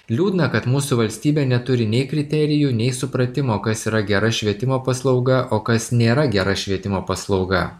liūdna kad mūsų valstybė neturi nei kriterijų nei supratimo kas yra gera švietimo paslauga o kas nėra gera švietimo paslauga